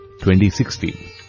2016